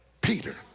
Peter